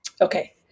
okay